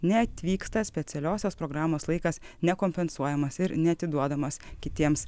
neatvyksta specialiosios programos laikas nekompensuojamas ir neatiduodamas kitiems